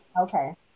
Okay